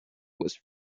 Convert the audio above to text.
was